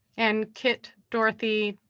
and kit, dorothy.